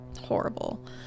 horrible